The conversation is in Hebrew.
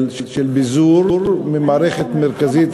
של ביזור ממערכת מרכזית,